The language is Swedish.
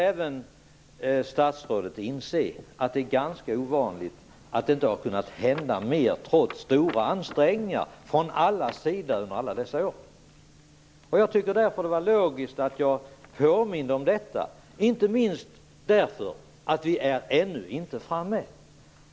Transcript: Även statsrådet måste ju inse att det är ganska märkligt att det inte har kunnat hända mer, trots stora ansträngningar från alla sidor under alla dessa år. Därför tyckte jag att det var logiskt att jag påminde om detta, inte minst därför att vi ännu inte är framme.